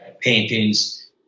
paintings